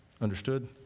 Understood